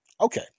okay